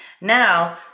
Now